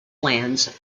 lands